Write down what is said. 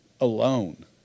Alone